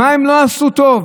מה הן לא עשו טוב?